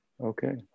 Okay